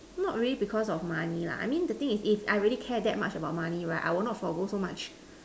not really because of money lah I mean the thing is is I really care that much about money right I won't forgo so much